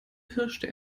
pirschte